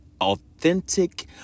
authentic